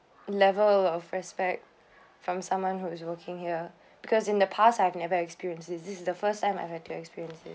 level of respect from someone who is working here because in the past I have never experienced this this is the first time I had to experience this